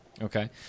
Okay